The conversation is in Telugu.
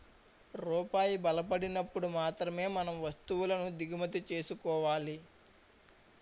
రూపాయి బలపడినప్పుడు మాత్రమే మనం వస్తువులను దిగుమతి చేసుకోవాలి